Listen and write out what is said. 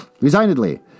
Resignedly